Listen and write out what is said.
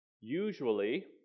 Usually